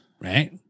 Right